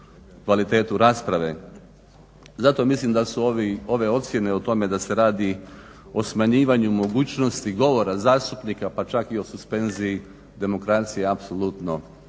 kvalitetu rasprave. Zato mislim da su ove ocjene o tome da se radi o smanjivanju mogućnosti govora zastupnika, pa čak i o suspenziji demokracije apsolutno